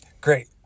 Great